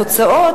עשר דקות.